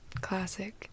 Classic